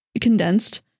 condensed